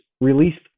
released